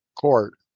court